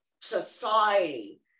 society